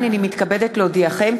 הנני מתכבדת להודיעכם,